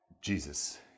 Jesus